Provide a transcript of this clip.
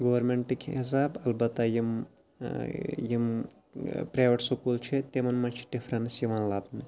گورمیٚنٹٕکۍ حِساب اَلبَتہ یِم یِم پرایویٹ سکوٗل چھِ تِمَن مَنٛز چھِ ڈِفرَنٕس یِوان لَبنہٕ